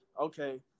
okay